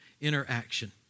interaction